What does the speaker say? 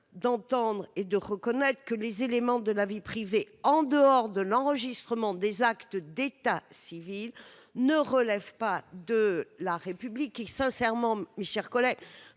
d'entendre et de reconnaître que les éléments de la vie privée en dehors de l'enregistrement des actes d'état civil ne relève pas de la République sincèrement Michel Collet